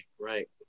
Right